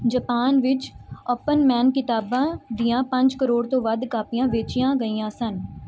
Japan ਵਿੱਚ Anpanman ਕਿਤਾਬਾਂ ਦੀਆਂ ਪੰਜ ਕਰੋੜ ਤੋਂ ਵੱਧ ਕਾਪੀਆਂ ਵੇਚੀਆਂ ਗਈਆਂ ਸਨ